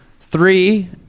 three